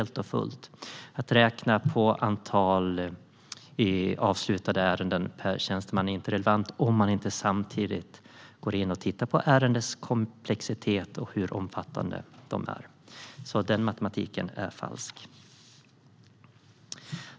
Att räkna på antalet avslutade ärenden per tjänsteman är inte relevant om man inte samtidigt tittar på ärendenas komplexitet och hur omfattande de är. Den matematiken är alltså falsk.